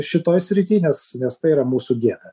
šitoj srity nes nes tai yra mūsų gėda